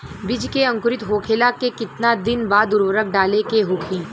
बिज के अंकुरित होखेला के कितना दिन बाद उर्वरक डाले के होखि?